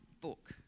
book